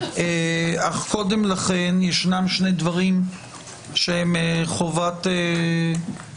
אך קודם לכן יש שני דברים שהם חובה פרוצדורלית,